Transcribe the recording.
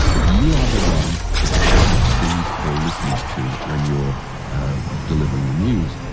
but you're the one that the public sees or listens to when you're delivering the news.